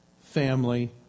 family